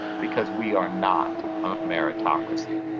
because we are not um a meritocracy.